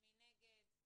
מי נגד?